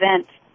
event